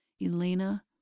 Elena